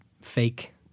fake